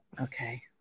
Okay